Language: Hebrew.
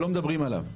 שלא מדברים עליו.